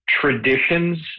traditions